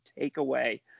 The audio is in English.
takeaway